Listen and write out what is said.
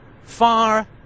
far